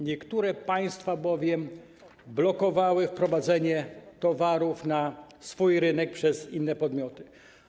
Niektóre państwa bowiem blokowały wprowadzenie towarów na swój rynek przez inne podmioty.